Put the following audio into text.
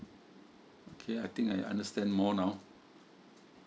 okay I think I understand more now